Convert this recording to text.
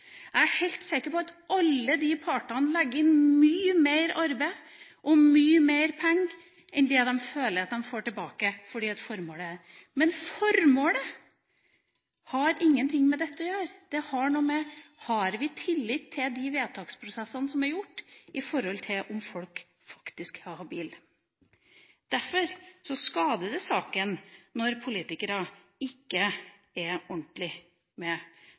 Jeg er helt sikker på at alle de partene legger inn mye mer arbeid og mye mer penger enn det de føler de får tilbake hva gjelder formål. Men formålet har ingen ting med dette å gjøre. Det har noe å gjøre med: Har vi tillit til de vedtaksprosessene som er gjort knyttet til hvorvidt folk faktisk er habile? Derfor skader det saken når politikere ikke er ordentlig med